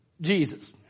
Jesus